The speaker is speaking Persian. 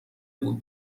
بود